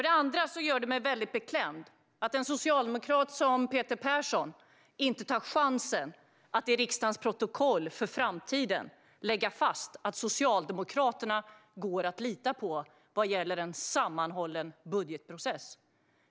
Det gör mig beklämd att en socialdemokrat som Peter Persson inte tar chansen att för framtiden slå fast och få fört till riksdagens protokoll att Socialdemokraterna går att lita på vad gäller en sammanhållen budgetprocess.